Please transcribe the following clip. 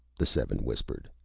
the seven whispered.